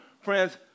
Friends